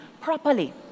properly